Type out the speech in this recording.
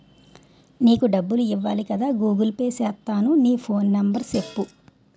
నీకు డబ్బులు ఇవ్వాలి కదా గూగుల్ పే సేత్తాను నీ ఫోన్ నెంబర్ సెప్పు